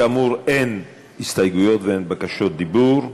כאמור, אין הסתייגויות ואין בקשות דיבור.